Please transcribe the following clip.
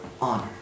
honor